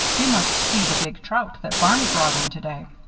you must see the big trout that barney brought in today.